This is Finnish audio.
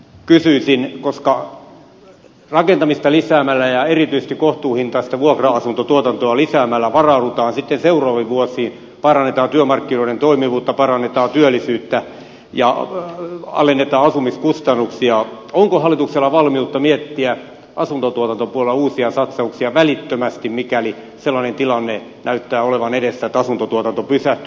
kysyisin koska rakentamista lisäämällä ja erityisesti kohtuuhintaista vuokra asuntotuotantoa lisäämällä varaudutaan sitten seuraaviin vuosiin parannetaan työmarkkinoiden toimivuutta parannetaan työllisyyttä ja alennetaan asumiskustannuksia onko hallituksella valmiutta miettiä asuntotuotantopuolella uusia satsauksia välittömästi mikäli sellainen tilanne näyttää olevan edessä että asuntotuotanto pysähtyy